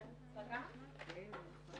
הדרך הכי נכונה